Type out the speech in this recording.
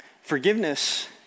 forgiveness